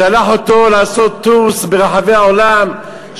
שלח אותו לעשות tours ברחבי העולם,